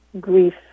grief